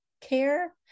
care